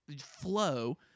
flow